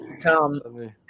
Tom